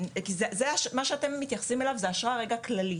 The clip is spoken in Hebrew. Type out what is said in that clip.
כי זה, מה שאתם מתייחס אליו זה אשרה כללית.